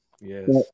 Yes